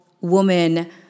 woman